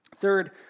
Third